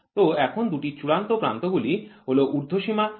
তো এখন দুটি চূড়ান্ত প্রান্তগুলি হল ঊর্ধ্বসীমা এবং নিম্নসীমা